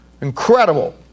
Incredible